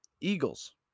Eagles